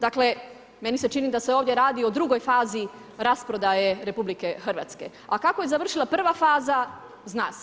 Dakle meni se čini da se ovdje radi o drugoj fazi rasprodaje RH, a kako je završila prva faza, zna se.